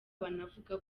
banavuga